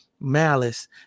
Malice